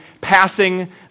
passing